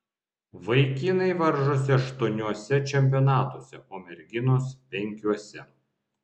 vaikinai varžosi aštuoniuose čempionatuose o merginos penkiuose